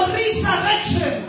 resurrection